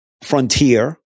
frontier